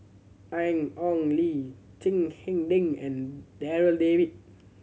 Ian Ong Li Chiang Hai Ding and Darryl David